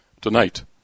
Tonight